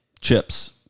chips